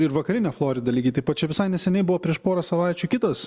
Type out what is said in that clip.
ir vakarinė florida lygiai taip pat čia visai neseniai buvo prieš porą savaičių kitas